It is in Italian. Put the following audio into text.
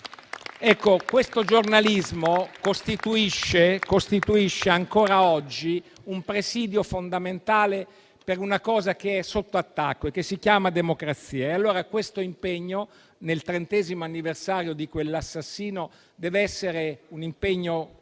Questo giornalismo costituisce ancora oggi un presidio fondamentale per una cosa che è sotto attacco e che si chiama democrazia. Questo impegno, nel trentesimo anniversario di quell'assassinio, deve essere coerente,